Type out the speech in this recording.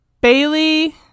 Bailey